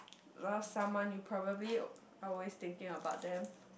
love someone you probably always thinking about them